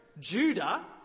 Judah